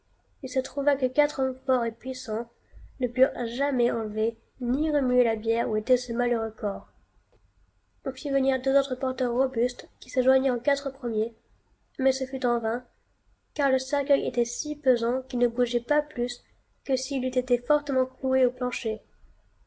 il se trouva que quatre hommes forts et puissans ne purent jamais enlever ni remuer la bière où était ce malheureux corps on fit venir deux autres porteurs robustes qui se joignirent aux quatre premiers mais ce fut en vain car le cercueil était si pesant qu'il ne bougeait pas plus que s'il eût été fortement cloué au plancher